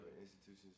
institutions